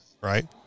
right